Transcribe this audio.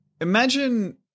Imagine